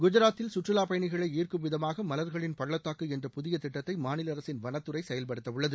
குஜராத்தில் சுற்றுலாப் பயணிகளை ஈர்க்கும் விதமாக மலர்களின் பள்ளத்தாக்கு என்ற புதிய திட்டத்தை மாநில அரசின் வனத்துறை செயல்படுத்தவுள்ளது